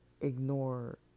ignore